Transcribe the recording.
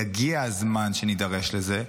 יגיע הזמן שנידרש לזה.